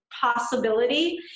possibility